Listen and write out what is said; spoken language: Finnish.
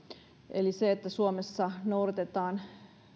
eli se että suomessa noudatetaan